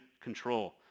control